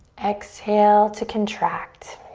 exhale to contract.